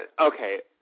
okay